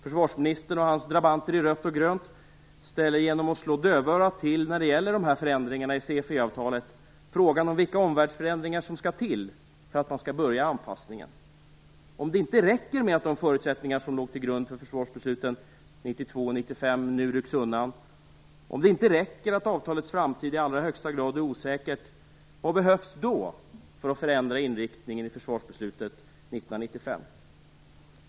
Försvarsministern och hans drabanter i rött och grönt ställer, genom att slå dövörat till när det gäller de här förändringarna i CFE-avtalet, frågan om vilka omvärldsförändringar som skall till för att man skall börja anpassningen, om det inte räcker med att de förutsättningar som låg till grund för försvarsbesluten 1992 och 1995 nu ryckts undan och att avtalets framtid i allra högsta grad är osäker. Vad behövs då för att förändra inriktningen i försvarsbeslutet 1995?